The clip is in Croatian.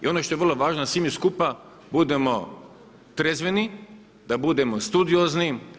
I ono što je vrlo važno da svi mi skupa budemo trezveni, da budemo studiozni.